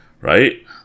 Right